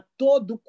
todo